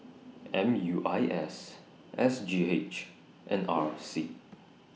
M U I S S G H and R C